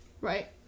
Right